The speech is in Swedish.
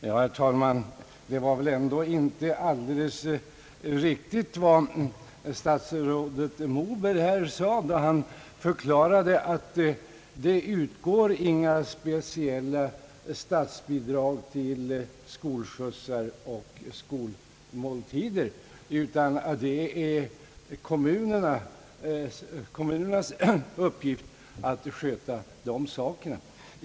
Herr talman! Det var väl ändå inte alldeles riktigt när statsrådet Moberg här sade att inga speciella statsbidrag till skolskjutsar och skolmåltider utgår utan att kommunerna skall sköta dessa frågor.